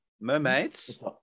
mermaids